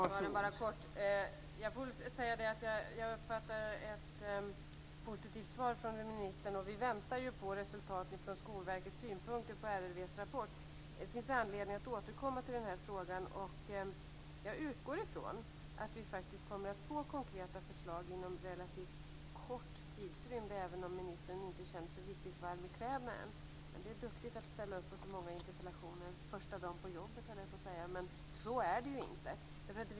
Fru talman! Jag får väl säga att jag uppfattar ett positivt svar från ministern, och vi väntar ju på Skolverkets synpunkter på RRV:s rapport. Det finns anledning att återkomma till den frågan. Jag utgår från att vi faktiskt kommer att få konkreta förslag inom relativt kort tid, även om ministern inte känner sig riktigt varm i kläderna än. Det är duktigt att svara på så många interpellationer första dagen på jobbet, höll jag på att säga, men så är det ju inte.